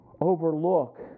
overlook